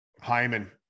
Hyman